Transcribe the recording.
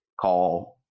call